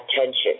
attention